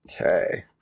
Okay